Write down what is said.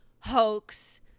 Hoax